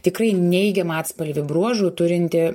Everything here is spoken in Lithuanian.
tikrai neigiamą atspalvį bruožų turinti